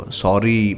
sorry